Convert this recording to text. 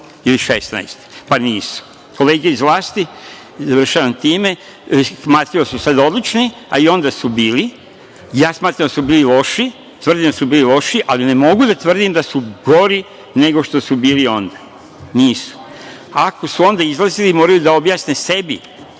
ili 2016. godine. Nisu. Kolege iz vlasti, i završavam time, smatraju da su sad odlični, a i onda su bili. Ja smatram da su bili loši, tvrdim da su bili loši, ali ne mogu da tvrdim da su gori nego što su bili onda. Nisu. Ako su onda izlazili, moraju da objasne sebi